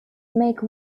make